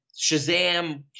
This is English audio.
Shazam